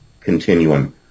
continuum